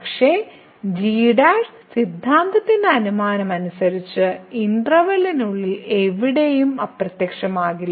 പക്ഷേ g സിദ്ധാന്തത്തിന്റെ അനുമാനമനുസരിച്ച് ഇന്റർവെൽയ്ക്കുള്ളിൽ എവിടെയും അപ്രത്യക്ഷമാകില്ല